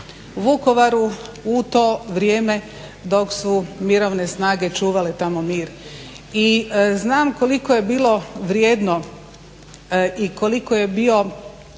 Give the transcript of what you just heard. Vukovaru u to vrijeme dok su mirovne snage čuvale tamo mir. I znam koliko je bilo vrijedno i koliko je bio